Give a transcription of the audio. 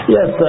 Yes